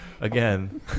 Again